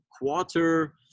quarter